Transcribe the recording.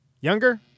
younger